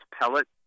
pellet